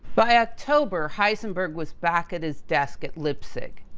by october heisenberg was back at his desk at leipzig.